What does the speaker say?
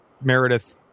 Meredith